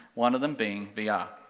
one of them being vr. yeah